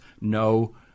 no